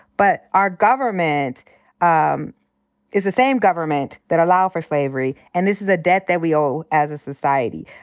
but our government um is the same government that allowed for slavery. and this is a debt that we owe as a society.